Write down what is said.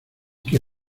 que